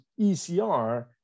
ECR